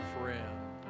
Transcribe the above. friend